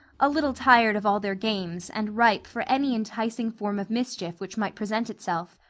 a little tired of all their games and ripe for any enticing form of mischief which might present itself.